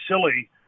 silly